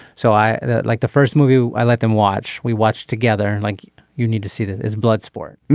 so i like the first movie. i let them watch we watch together and like you need to see that. it's blood sport.